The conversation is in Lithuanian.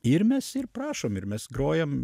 ir mes ir prašom ir mes grojam